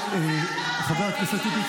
--- חבר הכנסת טיבי,